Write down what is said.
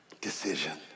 decision